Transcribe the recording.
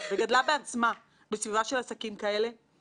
הן לרגולטורים והן למערכת הפיננסית עצמה.